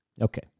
okay